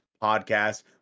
podcast